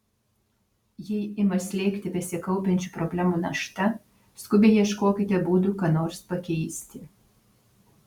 jei ima slėgti besikaupiančių problemų našta skubiai ieškokite būdų ką nors pakeisti